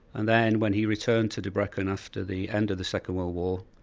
and then when he returned to debrecen after the end of the second world war,